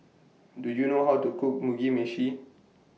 Do YOU know How to Cook Mugi Meshi